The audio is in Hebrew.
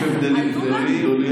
יש הבדלים גדולים.